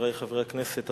חברי חברי הכנסת,